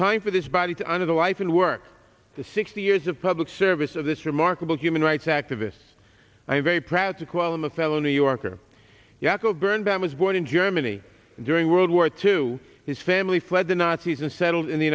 time for this body to honor the life and work the sixty years of public service of this remarkable human rights activists i'm very proud to call him a fellow new yorker yako birnbaum was born in germany during world war two his family fled the nazis and settled in the